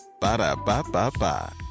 Ba-da-ba-ba-ba